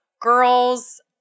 girls